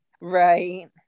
right